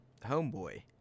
Homeboy